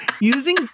using